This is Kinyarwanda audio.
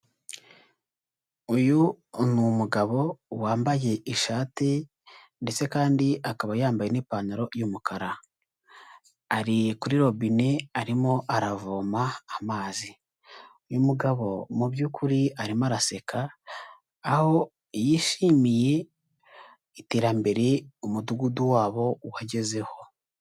Uyu ni umugabo wambaye ishati ndetse kandi akaba yambaye n'ipantaro y'umukara, ari kuri robine arimo aravoma amazi. Uyu mugabo mu by'ukuri arimo araseka aho yishimiye iterambere umudugudu wabo wagezeho.